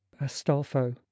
astolfo